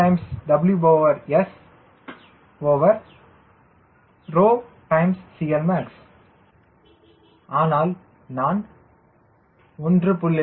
1 2WSCLmax ஆனால் நான் 1